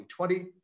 2020